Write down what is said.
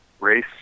race